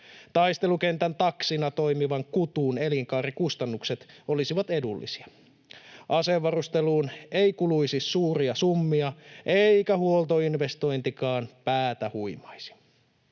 taistelukentän taksina toimivan kutun elinkaarikustannukset olisivat edullisia, asevarusteluun ei kuluisi suuria summia, eikä huoltoinvestointikaan päätä huimaisi.